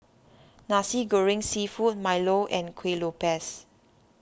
Nasi Goreng Seafood Milo and Kueh Lopes